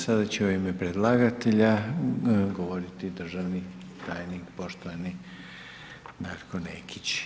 Sada će u ime predlagatelja govoriti državni tajnik poštovani Darko Nekić.